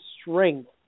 strength